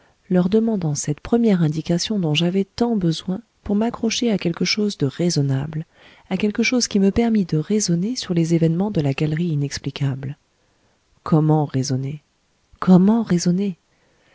leur demandant cette première indication dont j'avais tant besoin pour m'accrocher à quelque chose de raisonnable à quelque chose qui me permît de raisonner sur les événements de la galerie inexplicable comment raisonner comment raisonner